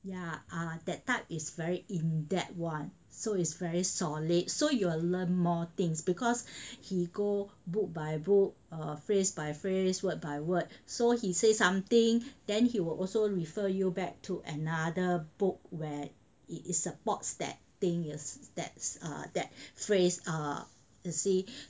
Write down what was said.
ya ah that type is very in depth [one] so it's very solid so you'll learn more things because he go book by book err phrase by phrase word by word so he say something then he will also refer you back to another book where it supports that thing that that that phrase err you see